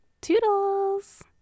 Toodles